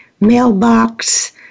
mailbox